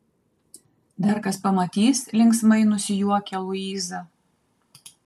dar kas pamatys linksmai nusijuokia luiza